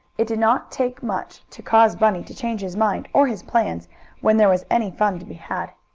it did not take much to cause bunny to change his mind or his plans when there was any fun to be had.